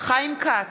חיים כץ,